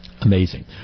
Amazing